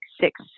six